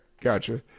Gotcha